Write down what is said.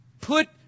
Put